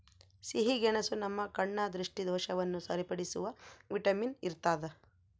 ಸಿಹಿಗೆಣಸು ನಮ್ಮ ಕಣ್ಣ ದೃಷ್ಟಿದೋಷವನ್ನು ಸರಿಪಡಿಸುವ ವಿಟಮಿನ್ ಇರ್ತಾದ